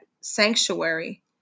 sanctuary